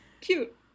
cute